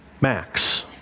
Max